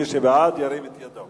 מי שבעד, ירים את ידו.